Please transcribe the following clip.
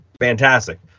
Fantastic